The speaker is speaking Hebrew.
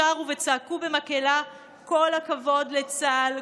שרו וצעקו במקהלה: כל הכבוד לצה"ל.